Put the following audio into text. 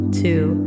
two